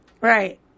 Right